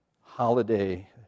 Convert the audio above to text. holiday